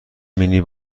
مینی